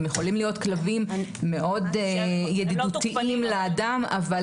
הם יכולים להיות כלבים מאוד ידידותיים לאדם,